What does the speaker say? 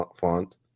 Font